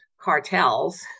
cartels